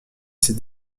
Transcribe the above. ses